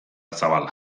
zabala